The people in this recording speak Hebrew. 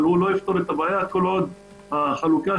אבל לא יפתור את הבעיה כל עוד חלוקת